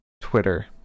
twitter